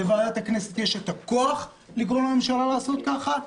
לוועדת הכנסת יש הכוח לגרום לממשלה לעשות ככה,